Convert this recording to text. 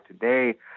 today